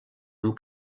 amb